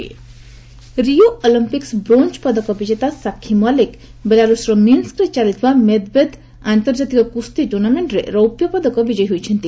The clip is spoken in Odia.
ରେସ୍ଲିଂ ରିଓ ଅଲମ୍ପିକ୍ସ୍ ବ୍ରୋଞ୍ଜ ପଦକ ବିଜେତା ସାକ୍ଷୀ ମଲ୍ଲିକ୍ ବେଲାରୁଷ୍ର ମିନ୍ସ୍କରେ ଚାଲିଥିବା ମେଦ୍ବେଦ୍ ଆନ୍ତର୍ଜାତିକ କୁସ୍ତି ଟୁର୍ଣ୍ଣାମେକ୍ଷରେ ରୌପ୍ୟ ପଦକ ବିଜୟୀ ହୋଇଛନ୍ତି